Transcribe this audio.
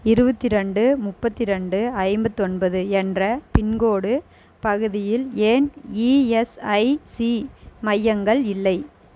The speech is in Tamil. இருபத்தி ரெண்டு முப்பத்து ரெண்டு ஐம்பத்தொன்பது என்ற பின்கோட் பகுதியில் ஏன் இஎஸ்ஐசி மையங்கள் இல்லை